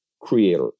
creator